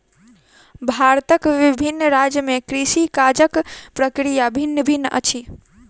भारतक विभिन्न राज्य में कृषि काजक प्रक्रिया भिन्न भिन्न अछि